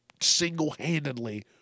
single-handedly